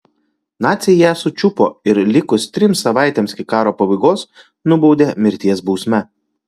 naciai ją sučiupo ir likus trims savaitėms iki karo pabaigos nubaudė mirties bausme